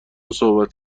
صحبت